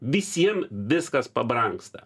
visiem viskas pabrangsta